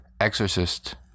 Exorcist